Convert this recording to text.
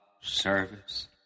service